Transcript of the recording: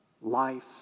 life